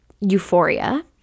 euphoria